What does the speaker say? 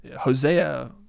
Hosea